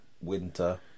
winter